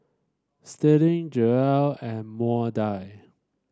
Sterling Joell and Maudie